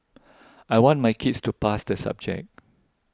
I want my kids to pass the subject